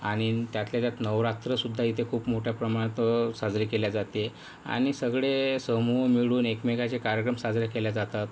आणि त्यातल्या त्यात नवरात्रसुद्धा इथे खूप मोठ्या प्रमाणात साजरी केल्या जाते आणि सगळे समूह मिळून एकमेकाचे कार्यक्रम साजरे केल्या जातात